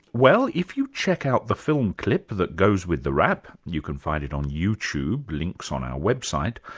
well if you check out the film clip that goes with the rap, you can find it on you tube, links on our website,